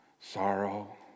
sorrow